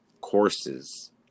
courses